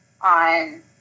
on